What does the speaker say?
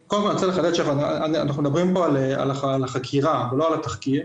אנחנו מדברים פה על החקירה ולא על התחקיר.